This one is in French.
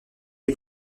est